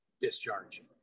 discharge